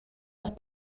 los